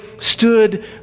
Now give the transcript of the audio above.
stood